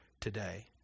today